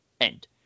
end